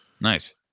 Nice